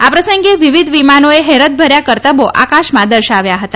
આ પ્રસંગે વિવિધ વિમાનોએ હેરતભર્યા કરતબો આકાશમાં દર્શાવ્યા હતા